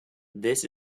this